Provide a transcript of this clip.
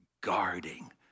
guarding